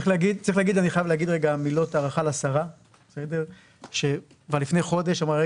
אני חייב להגיד רגע מילות הערכה לשרה שכבר לפני חודש אמרה,